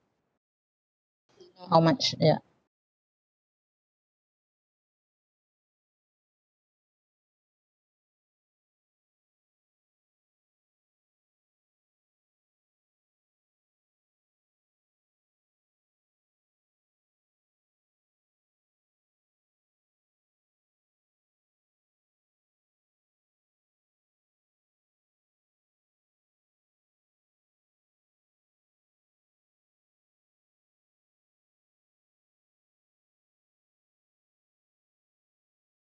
how much yeah